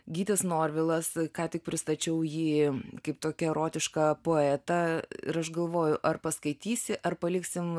gytis norvilas ką tik pristačiau jį kaip tokį erotiška poetą ir aš galvoju ar paskaitysi ar paliksim